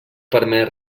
permès